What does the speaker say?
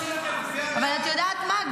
אבל את יודעת מה?